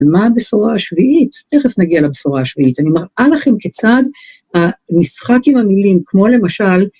ומה הבשורה השביעית? תכף נגיע לבשורה השביעית. אני מראה לכם כיצד המשחק עם המילים, כמו למשל,